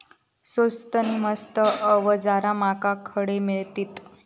स्वस्त नी मस्त अवजारा माका खडे मिळतीत?